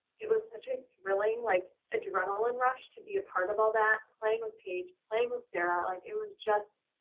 it was such a thrilling like adrenaline rush to be a part of all that. playing with paige. playing with sarah. like, it was just,